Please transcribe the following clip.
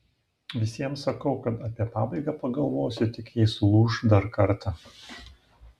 visiems sakau kad apie pabaigą pagalvosiu tik jei sulūš dar kartą